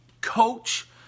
Coach